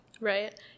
Right